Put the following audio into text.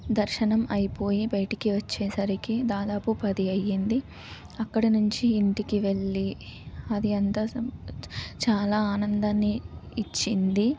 దర్శనం అయిపోయి బయటికి వచ్చేసరికి దాదాపు పది అయ్యింది అక్కడ నుంచి ఇంటికి వెళ్ళి అది అంతా సం చాలా ఆనందాన్ని ఇచ్చింది